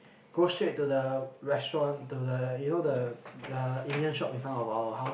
go straight to the restaurant to the you know the the Indian shop in front of our house